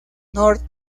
north